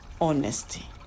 honesty